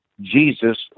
Jesus